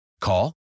Call